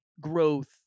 growth